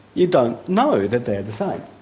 you don't know that they're the same.